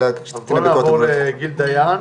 בואו נעבור לגיל דיין.